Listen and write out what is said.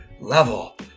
level